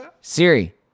Siri